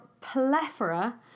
plethora